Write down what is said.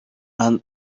and